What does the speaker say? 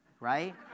right